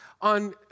on